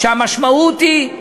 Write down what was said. שהמשמעות היא,